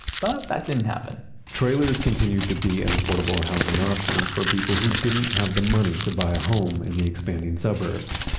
but that didn't happen trailers continued to be an affordable housing option for people who didn't have the money to buy a home in the expanding suburbs.